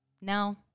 No